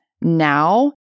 now